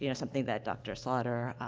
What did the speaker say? you know something that dr. slaughter,